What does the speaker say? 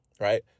right